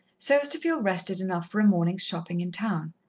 so as to feel rested enough for a morning's shopping in town.